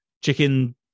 chicken